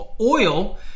oil